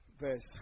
verse